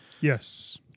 Yes